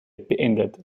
beendet